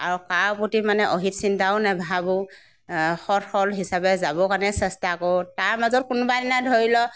আৰু কাৰো প্ৰতি মানে অহিত চিন্তাও নেভাবোঁ সৎ সৰল হিচাপে যাব কাৰণে চেষ্টা কৰোঁ তাৰ মাজত কোনোবাদিনা ধৰি লওক